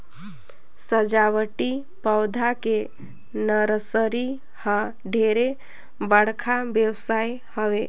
सजावटी पउधा के नरसरी ह ढेरे बड़का बेवसाय हवे